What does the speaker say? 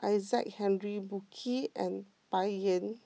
Isaac Henry Burkill and Bai Yan